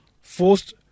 forced